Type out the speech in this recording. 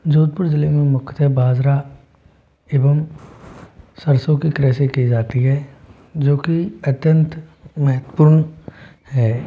जोधपुर जिले में मुख्यतः बाजरा एवं सरसों की कृषि की जाती है जो कि अत्यंत महत्वपूर्ण है